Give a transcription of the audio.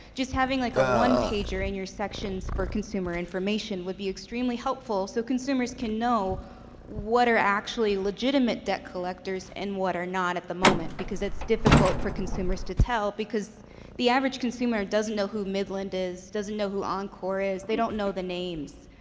just having like a one-pager in your sections for consumer information would be extremely helpful, so consumers can know what are actually legitimate debt collectors and what are not at the moment, because it's difficult for consumers to tell because the average consumer doesn't know who midland is, doesn't know who encore is. they don't know the names.